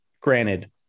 granted